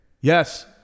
Yes